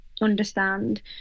understand